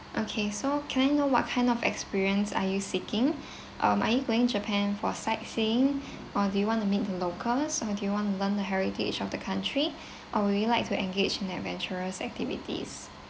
okay so can I know what kind of experience are you seeking um are you going japan for sightseeing or do you want to meet the locals or do you want to learn the heritage of the country or would you like to engage in adventurous activities